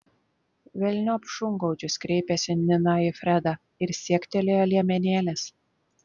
velniop šungaudžius kreipėsi nina į fredą ir siektelėjo liemenėlės